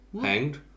Hanged